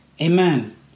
Amen